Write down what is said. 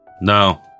No